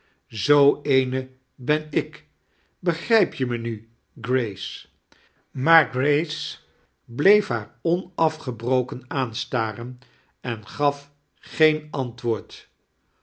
zoo eene ben ik begrijp je me nu grace maar grace bleef haar onafgebroken aanstaren en gaf geen antwoortl